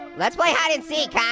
let's play hide and seek. um,